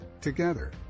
Together